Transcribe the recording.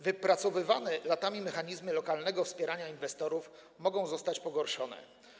Wypracowywane latami mechanizmy lokalnego wspierania inwestorów mogą zostać pogorszone.